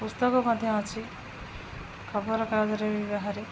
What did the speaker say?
ପୁସ୍ତକ ମଧ୍ୟ ଅଛି ଖବର କାଗଜରେ ବି ବାହାରେ